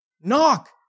Knock